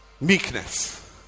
Meekness